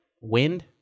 Wind